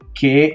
che